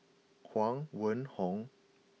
Huang Wenhong